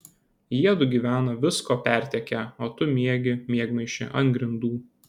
jiedu gyvena visko pertekę o tu miegi miegmaišy ant grindų